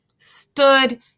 stood